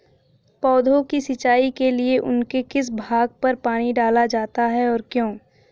पौधों की सिंचाई के लिए उनके किस भाग पर पानी डाला जाता है और क्यों?